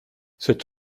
cette